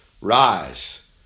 rise